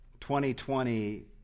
2020